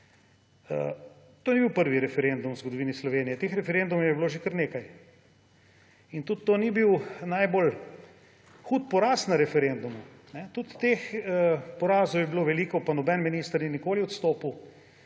To ni bil prvi referendum v zgodovini Slovenije. Teh referendumov je bilo že kar nekaj in tudi to ni bil najbolj hud poraz na referendumu. Tudi teh porazov je bilo veliko, pa noben minister ni nikoli odstopil